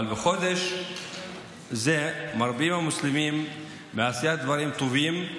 אבל בחודש זה מרבים המוסלמים בעשיית דברים טובים,